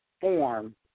form